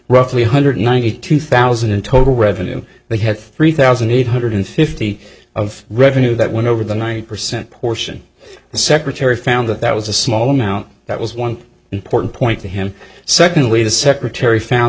roughly one hundred ninety two thousand in total revenue they had three thousand eight hundred fifty of revenue that went over the ninety percent portion the secretary found that that was a small amount that was one important point to him secondly the secretary found